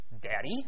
Daddy